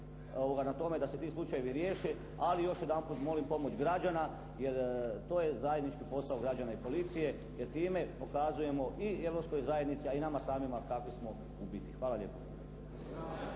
na tome da se ti slučajevi riješe, ali još jedanput molim pomoć građana jer to je zajednički posao građana i policije jer time pokazujemo i Europskoj zajednici, a i nama samima kakvi smo u biti. Hvala lijepo.